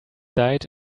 died